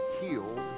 healed